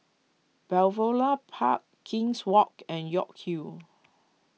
Balmoral Park King's Walk and York Hill